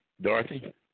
Dorothy